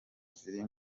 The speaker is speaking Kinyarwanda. ziri